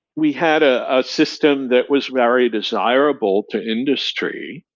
we had a system that was very desirable to industry.